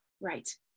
Right